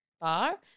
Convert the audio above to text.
bar